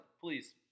Please